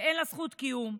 ואין לה זכות קיום,